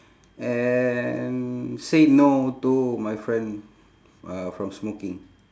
and say no to my friend uh from smoking